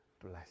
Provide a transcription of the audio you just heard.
bless